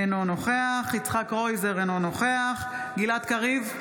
אינו נוכח יצחק קרויזר, אינו נוכח גלעד קריב,